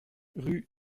rue